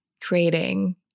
creating